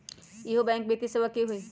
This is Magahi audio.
इहु बैंक वित्तीय सेवा की होई?